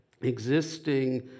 existing